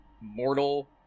mortal